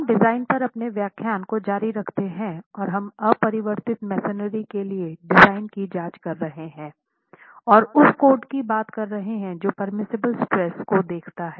हम डिजाइन पर अपने व्याख्यान को जारी रखते हैं और हम अपरिवर्तित मेसनरी के लिए डिजाइन की जांच कर रहे हैं और उस कोड की बात कर रहे हैं जो परमिसिबल स्ट्रेस को देखता है